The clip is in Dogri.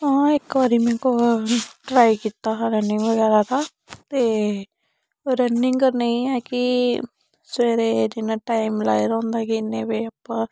हां इक बारी में ट्राई कीता हा रनिंग बगैरा दा ते ओह् रनिंग करने गी एह् ऐ कि सवेरे दा टाइम लाए दा होंदा कि इन्ने बजे उप्पर